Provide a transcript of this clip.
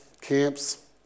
camps